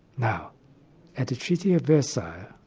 now at the treaty of versailles,